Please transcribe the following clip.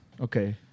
Okay